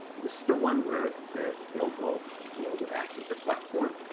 this is the one where the they'll go to be able to access the platform.